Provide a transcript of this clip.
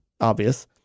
obvious